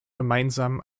gemeinsam